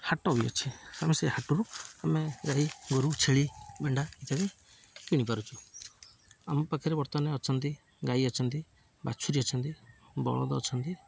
ହାଟ ବି ଅଛି ଆମେ ସେଇ ହାଟରୁ ଆମେ ଗାଈ ଗୋରୁ ଛେଳି ମେଣ୍ଢା ଇତ୍ୟାଦି କିଣିପାରୁଛୁ ଆମ ପାଖରେ ବର୍ତ୍ତମାନ ଅଛନ୍ତି ଗାଈ ଅଛନ୍ତି ବାଛୁରୀ ଅଛନ୍ତି ବଳଦ ଅଛନ୍ତି